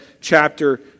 chapter